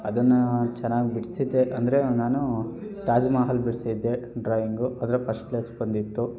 ಅದನ್ನು ಚೆನ್ನಾಗಿ ಬಿಡಿಸಿದ್ದೆ ಅಂದರೆ ನಾನೂ ತಾಜ್ ಮಹಲ್ ಬಿಡಿಸಿದ್ದೆ ಡ್ರಾಯಿಂಗು ಅದ್ರಾಗ ಫಸ್ಟ್ ಪ್ಲೇಸ್ ಬಂದಿತ್ತು